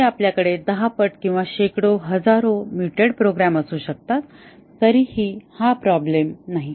जरी आपल्याकडे दहापट किंवा शेकडो हजारो म्युटेड प्रोग्राम असू शकतात तरीही हा प्रॉब्लेम नाही